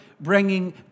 bringing